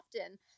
often